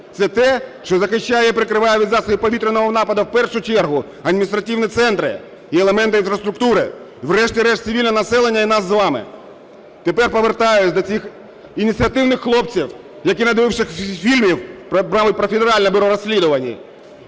це те, що захищає і прикриває від засобів повітряного нападу в першу чергу адміністративні центри і елементи інфраструктури, врешті-решт цивільне населення і нас з вами. Тепер повертаюсь до цих ініціативних хлопців, які, надивившись фільмів, мабуть, про Федеральне бюро розслідувань,